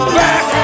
back